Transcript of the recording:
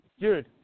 dude